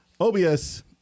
OBS